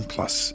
Plus